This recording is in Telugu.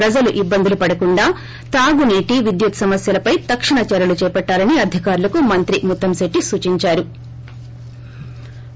ప్రజలు ఇబ్బందులు పడకుండా తాగునీటి విద్యుత్ సమస్యలు పై తక్షణ చర్యలు చేపట్టాలని అధికారులకు మంత్రి ముత్తంశెట్టి సూచించారు